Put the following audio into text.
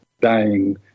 dying